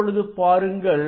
இப்பொழுது பாருங்கள்